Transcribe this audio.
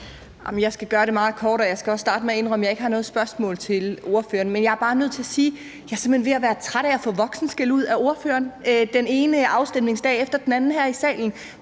Jeg skal gøre det meget kort, og jeg skal også starte med at indrømme, at jeg ikke har noget spørgsmål til ordføreren, men jeg er bare nødt til at sige: Jeg er simpelt hen ved at være træt af at få voksenskældud af ordføreren den ene afstemningsdag efter den anden her i salen.